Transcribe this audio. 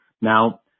Now